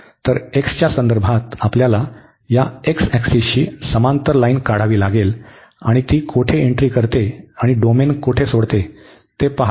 तर x च्या संदर्भात आपल्याला या x ऍक्सिसशी समांतर लाईन काढावी लागेल आणि ती कोठे एंट्री करते आणि डोमेन कोठे सोडते ते पहा